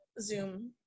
Zoom